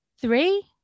three